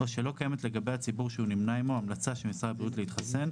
או שלא קיימת לגבי הציבור שהוא נמנה עמו המלצה של משרד הבריאות להתחסן,